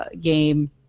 game